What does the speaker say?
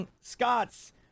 scots